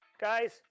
guys